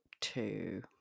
two